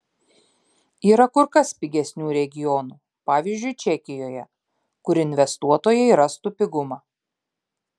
yra kur kas pigesnių regionų pavyzdžiui čekijoje kur investuotojai rastų pigumą